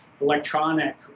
electronic